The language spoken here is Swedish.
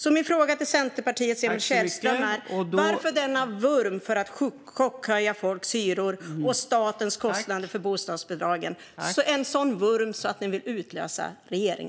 Min fråga till Centerpartiets Emil Källström är: Varför denna vurm för att chockhöja folks hyror och statens kostnader för bostadsbidragen, en sådan vurm att ni vill utlösa regeringskris?